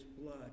blood